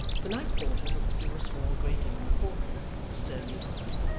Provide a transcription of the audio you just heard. the night-porter looked through a small grating in the portal with a surly eye,